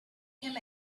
him